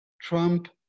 Trump